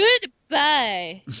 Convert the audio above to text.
Goodbye